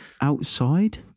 outside